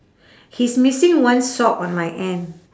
he's missing one sock on my end